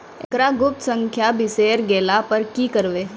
एकरऽ गुप्त संख्या बिसैर गेला पर की करवै?